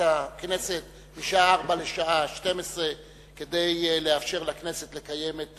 הכנסת מהשעה 16:00 לשעה 12:00 כדי לאפשר לכנסת לקיים את